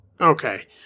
Okay